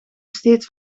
steeds